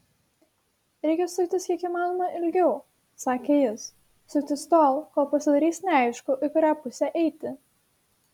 reikia suktis kiek įmanoma ilgiau sakė jis suktis tol kol pasidarys neaišku į kurią pusę eiti